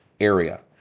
area